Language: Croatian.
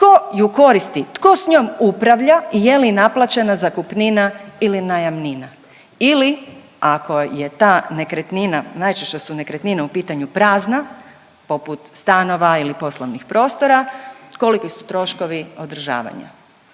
tko ju koristi, tko s njom upravlja i je li naplaćena zakupnina ili najamnina ili ako je ta nekretnina, najčešće su nekretnine u pitanju prazna poput stanova ili poslovnih prostora koliki su troškovi održavanja.